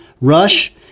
Rush